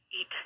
eat